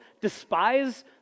despise